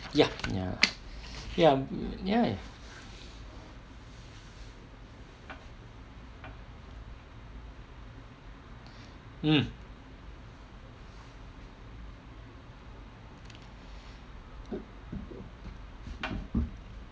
ya ya ya mm